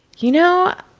you know,